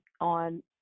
on